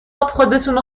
خودتونو